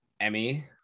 Emmy